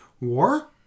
War